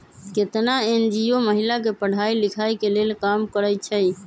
केतना एन.जी.ओ महिला के पढ़ाई लिखाई के लेल काम करअई छई